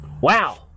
wow